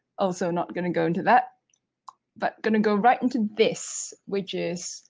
also, not going to go into that but going to go right into this which is